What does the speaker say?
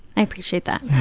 i appreciate that.